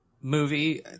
movie